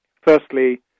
Firstly